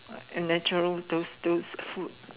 uh and natural those those food